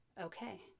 okay